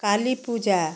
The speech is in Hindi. काली पूजा